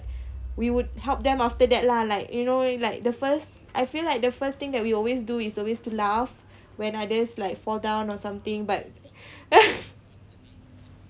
we would help them after that lah like you know it like the first I feel like the first thing that we always do is always to laugh when others like fall down or something but